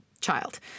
child